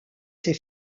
ces